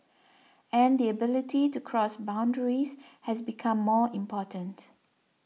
and the ability to cross boundaries has become more important